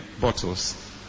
bottles